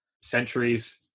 centuries